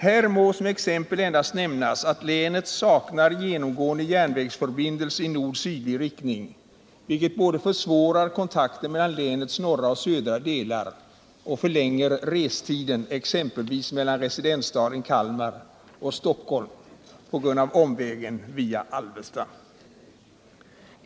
Här må som exempel endast nämnas att länet saknar genomgående järnvägsförbindelse i nord-sydlig riktning, vilket både försvårar kontakten mellan länets norra och södra delar och förlänger restiden exempelvis mellan residensstaden Kalmar och Stockholm på grund av omvägen via Alvesta.